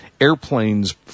airplanes